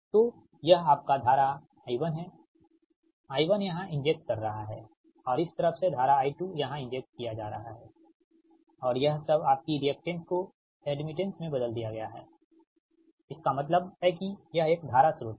तो यह आपका धारा I1 है I1 यहां इंजेक्ट कर रहा है और इस तरफ से धाराI2यहां इंजेक्ट किया जा रहा है और यह सब आपकी रिएक्टेंस को एड्मिटेंस में बदल दिया गया है इसका मतलब है कि यह एक धारा स्रोत है